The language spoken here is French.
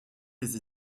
les